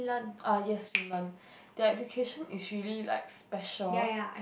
ah yes Finland their education is really like special